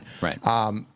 right